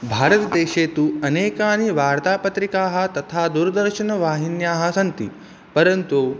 भारतदेशे तु अनेकाः वार्तापत्रिकाः तथा दूरदर्शनवाहिन्यः सन्ति परन्तु